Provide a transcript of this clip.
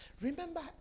Remember